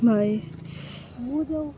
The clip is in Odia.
ଭାଇ